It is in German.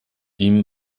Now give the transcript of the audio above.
ihm